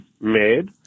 made